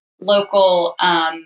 local